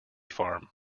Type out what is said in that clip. farm